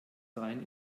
rein